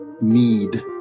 need